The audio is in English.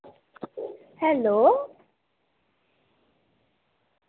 hello